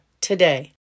today